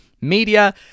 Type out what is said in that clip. media